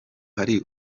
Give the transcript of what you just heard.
hari